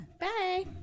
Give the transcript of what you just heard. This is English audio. Bye